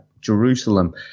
Jerusalem